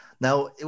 Now